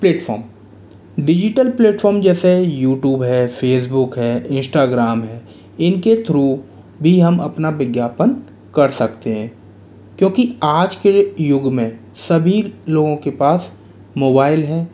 platform digital platform जैसे YouTube है Facebook है इंस्टाग्राम है इनके थ्रू भी हम अपना विज्ञापन कर सकते हैं क्योंकि आज के युग में सभी लोगों के पास मोबाइल है